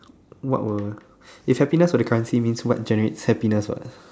what will if happiness were the currency means what generates happiness what